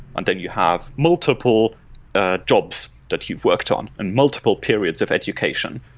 and then you have multiple ah jobs that you've worked on, and multiple periods of education,